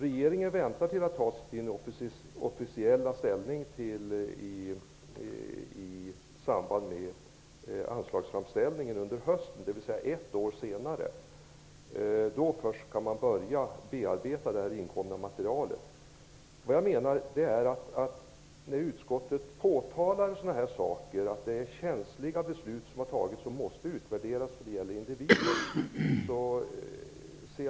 Regeringen skall ta sin officiella ställning i samband med anslagsframställningen under hösten, dvs. ett år senare. Då först skall man börja att bearbeta det inkomna materialet. Utskottet har uttalat att ett sådant känsligt beslut måste utvärderas, eftersom det berör individer.